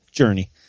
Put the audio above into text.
journey